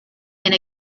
and